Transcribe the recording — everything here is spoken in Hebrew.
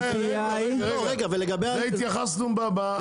רגע, לזה התייחסנו בסיכום הראשון.